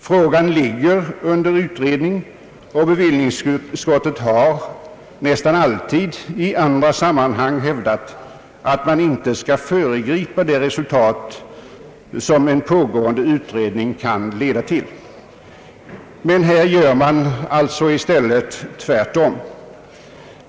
Frågan ligger under utredning, och bevillningsutskottet har nästan alltid i andra sammanhang hävdat, att man inte bör föregripa det resultat som en pågående utredning kan leda till. Här gör man alltså tvärtom.